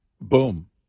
Boom